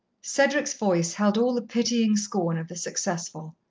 cedric's voice held all the pitying scorn of the successful.